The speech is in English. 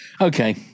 okay